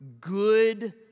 good